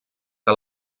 que